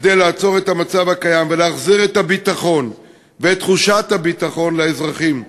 כדי לעצור את המצב הקיים ולהחזיר את הביטחון ואת תחושת הביטחון לאזרחים,